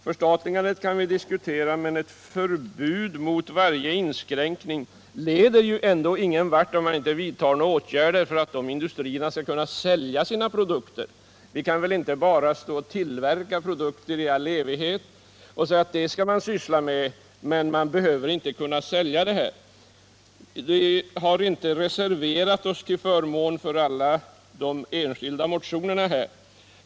Förstatligandet kan vi diskutera, men ett förbud mot varje inskränkning leder ändå ingen vart om man inte vidtar åtgärder för att de industrierna skall kunna sälja sina produkter. Vi kan väl inte bara tillverka produkter i all evighet och säga: Det skall vi syssla med, men vi behöver inte kunna sälja. Vi har inte reserverat oss till förmån för alla de enskilda motionerna.